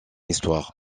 histoire